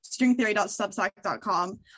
stringtheory.substack.com